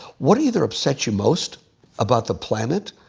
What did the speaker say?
what either upsets you most about the planet,